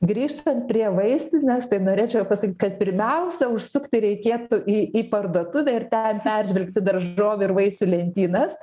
grįžtant prie vaistinės tai norėčiau pasakyt kad pirmiausia užsukti reikėtų į į parduotuvę ir ten peržvelgti daržovių ir vaisių lentynas